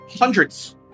hundreds